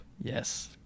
yes